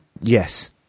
Yes